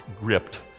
gripped